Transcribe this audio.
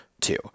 two